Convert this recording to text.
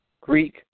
Greek